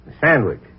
sandwich